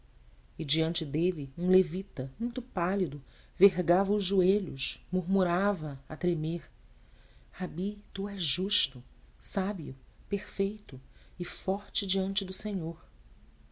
e diante dele um levita muito pálido vergava os joelhos murmurava a tremer rabi tu és justo sábio perfeito e forte diante do senhor